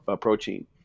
protein